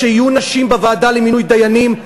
כשיהיו נשים בוועדה למינוי דיינים,